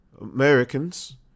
Americans